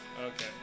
Okay